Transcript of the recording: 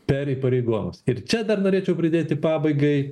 per įpareigojimus ir čia dar norėčiau pridėti pabaigai